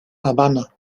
habana